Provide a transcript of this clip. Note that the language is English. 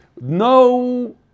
no